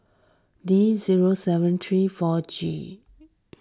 D zero seven three four G